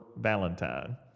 valentine